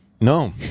No